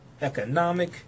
economic